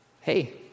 hey